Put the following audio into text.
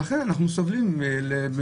לכן אנחנו סובלים גם